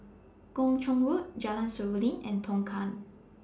Kung Chong Road Jalan Seruling and Tongkang